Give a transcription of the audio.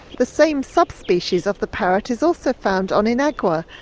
the same subspecies of the parrot is also found on inagua,